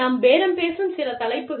நாம் பேரம் பேசும் சில தலைப்புகள்